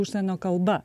užsienio kalba